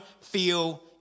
feel